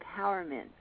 empowerment